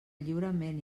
lliurament